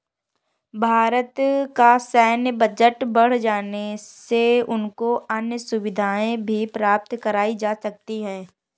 भारत का सैन्य बजट बढ़ जाने से उनको अन्य सुविधाएं भी प्राप्त कराई जा सकती हैं